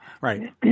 right